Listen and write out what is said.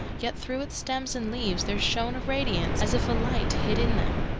yet through its stems and leaves there shone a radiance as if a light hid in them.